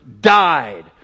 died